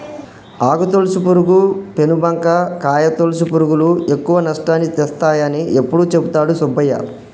ఆకు తొలుచు పురుగు, పేను బంక, కాయ తొలుచు పురుగులు ఎక్కువ నష్టాన్ని తెస్తాయని ఎప్పుడు చెపుతాడు సుబ్బయ్య